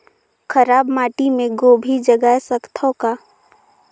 खराब माटी मे गोभी जगाय सकथव का?